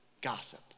gossip